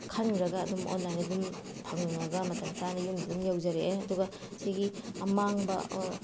ꯈꯟꯈ꯭ꯔꯒ ꯑꯗꯨꯝ ꯑꯣꯟꯂꯥꯏꯟꯗ ꯑꯗꯨꯝ ꯐꯪꯉꯒ ꯃꯇꯝ ꯆꯥꯅ ꯌꯨꯝꯗ ꯑꯗꯨꯝ ꯌꯧꯖꯔꯛꯑꯦ ꯑꯗꯨꯒ ꯁꯤꯒꯤ ꯑꯃꯥꯡꯕ ꯑꯣꯔ